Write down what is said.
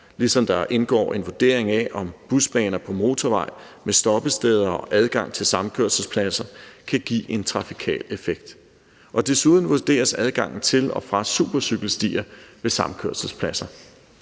ligesom der indgår en vurdering af, om busbaner på motorvej med stoppesteder og adgang til samkørselspladser kan give en trafikal effekt. Desuden vurderes adgangen til og fra supercykelstier ved samkørselspladser.